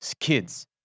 kids